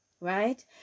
right